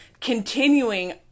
continuing